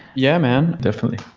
yeah, man. definitely.